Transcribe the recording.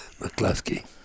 McCluskey